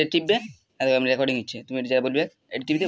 আলাপকে ইক ধরলের পশু যেটর থ্যাকে রেশম, পশম চাষ ক্যরা হ্যয়